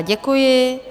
Děkuji.